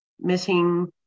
missing